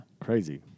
Crazy